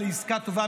לעסקה טובה,